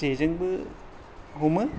जेजोंबो हमो